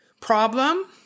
problem